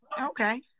Okay